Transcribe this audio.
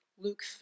Luke